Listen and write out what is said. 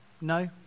No